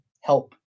help